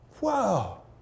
wow